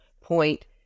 point